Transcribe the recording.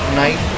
night